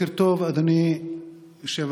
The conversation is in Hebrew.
בוקר טוב, אדוני היושב-ראש.